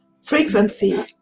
frequency